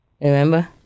Remember